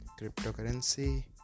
Cryptocurrency